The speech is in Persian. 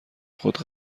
خود